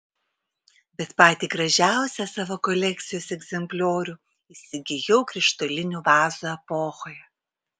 bet patį gražiausią savo kolekcijos egzempliorių įsigijau krištolinių vazų epochoje